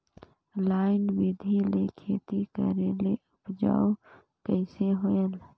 Line बिधी ले खेती करेले उपजाऊ कइसे होयल?